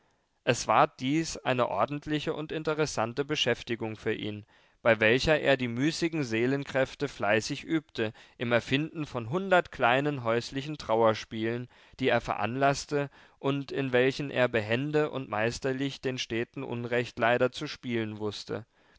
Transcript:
es ward dies eine ordentliche und interessante beschäftigung für ihn bei welcher er die müßigen seelenkräfte fleißig übte im erfinden von hundert kleinen häuslichen trauerspielen die er veranlaßte und in welchen er behende und meisterlich den steten unrechtleider zu spielen wußte